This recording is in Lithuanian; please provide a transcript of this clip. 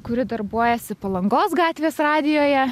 kuri darbuojasi palangos gatvės radijuje